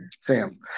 sam